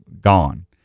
gone